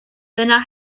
dyna